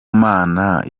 mana